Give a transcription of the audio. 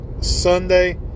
Sunday